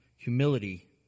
Humility